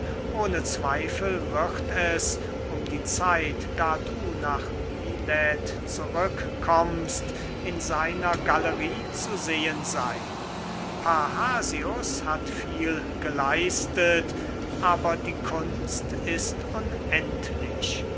ohne zweifel wird es um die zeit da du nach milet zurück kommst in seiner galerie zu sehen seyn parrhasius hat viel geleistet aber die kunst ist unendlich